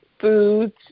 foods